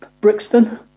Brixton